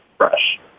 fresh